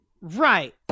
Right